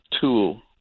tool